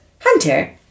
Hunter